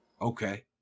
Okay